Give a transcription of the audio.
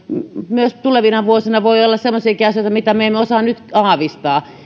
tulevina vuosina voi olla semmoisiakin asioita mitä me emme osaa nyt aavistaa